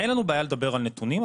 אין לנו בעיה לדבר על נתונים,